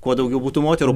kuo daugiau būtų moterų